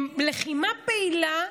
עם לחימה פעילה,